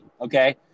Okay